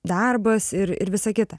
darbas ir ir visa kita